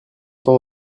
temps